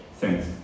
Thanks